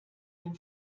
dem